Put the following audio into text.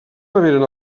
reberen